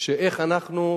איך אנחנו,